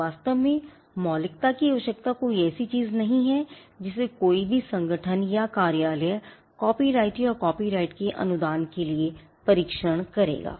वास्तव में मौलिकता की आवश्यकता कोई ऐसी चीज नहीं है जिसे कोई भी संगठन या कार्यालय कॉपीराइट या कॉपीराइट के अनुदान के लिए परीक्षण करेगा